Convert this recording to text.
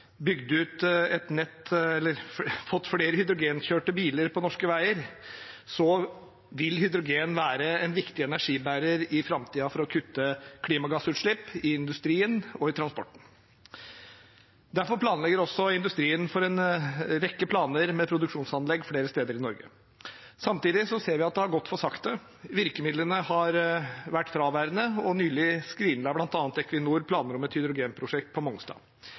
bygd ut et nett eller få flere hydrogenkjørte biler på norske veier, vil hydrogen være en viktig energibærer i framtiden for å kutte klimagassutslipp i industrien og i transporten. Derfor har også industrien en rekke planer med produksjonsanlegg flere steder i Norge. Samtidig ser vi at det har gått for sakte. Virkemidlene har vært fraværende, og nylig skrinla bl.a. Equinor planer om et hydrogenprosjekt på Mongstad.